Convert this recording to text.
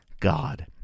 God